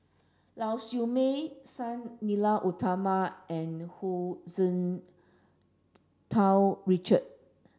Lau Siew Mei Sang Nila Utama and Hu Tsu Tau Richard